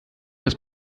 das